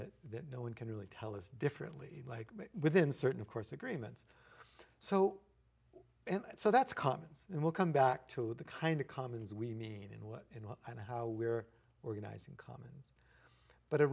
d that no one can really tell us differently like within certain of course agreements so and so that's commons and we'll come back to the kind of commons we mean in what and how we're organizing comics but it